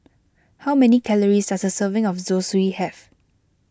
how many calories does a serving of Zosui have